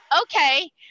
okay